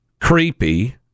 creepy